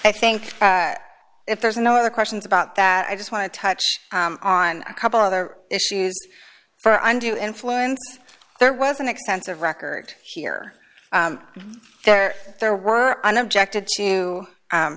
i think if there's no other questions about that i just want to touch on a couple other issues for undue influence there was an extensive record here where there were an objected to